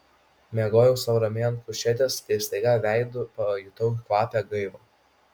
miegojau sau ramiai ant kušetės kai staiga veidu pajutau kvapią gaivą